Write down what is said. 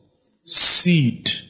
seed